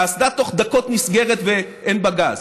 האסדה בתוך דקות נסגרת ואין בה גז.